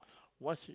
what's with